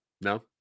No